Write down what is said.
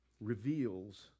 reveals